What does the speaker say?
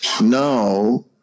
now